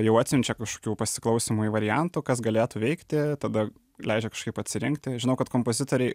jau atsiunčia kažkokių pasiklausymui variantų kas galėtų veikti tada leidžia kažkaip atsirinkti žinau kad kompozitoriai